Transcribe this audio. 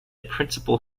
principal